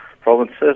provinces